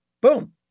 Boom